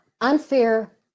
Unfair